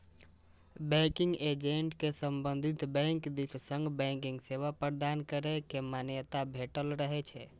banking agent कें संबंधित bank दिस सं बैंकिंग सेवा प्रदान करै के मान्यता भेटल रहै छै